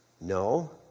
No